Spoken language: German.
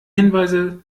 hinweise